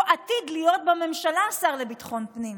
הוא עתיד להיות בממשלה השר לביטחון פנים.